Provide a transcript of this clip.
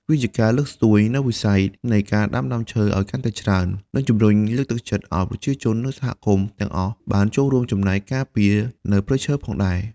វាជាការជួយលើកស្ទួយនូវវិស័យនៃការដាំដើមឈើឲ្យកាន់តែច្រើន និងជំរុញលើកទឹកចិត្តឲ្យប្រជាជននិងសហគមន៍ទាំងអស់បានចូលរួមចំណែកការពារនៅព្រៃឈើផងដែរ។